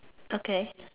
okay